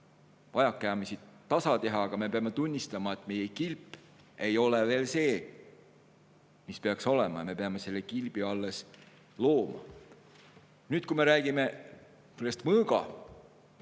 vajakajäämisi tasa teha. Aga me peame tunnistama, et meie kilp ei ole veel see, mis ta peaks olema, me peame selle kilbi alles looma. Kui me räägime